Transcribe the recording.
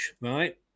right